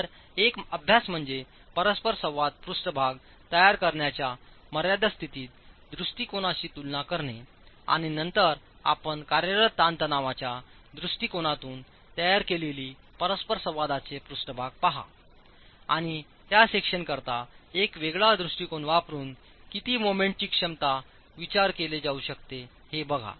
तर एक अभ्यास म्हणजे परस्परसंवाद पृष्ठभाग तयार करण्याच्या मर्यादा स्थितीत दृष्टिकोनाशी तुलना करणे आणि नंतरआपण कार्यरत ताणतणावाच्या दृष्टिकोनातूनतयार केलेलीपरस्परसंवादाचीपृष्ठभाग पहा आणि त्या सेक्शन करता एक वेगळा दृष्टीकोन वापरुन किती मोमेंटची क्षमतेचा विचार केला जाऊ शकतो हे बघा